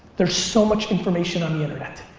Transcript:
there's so much information on the internet.